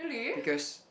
because